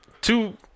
Two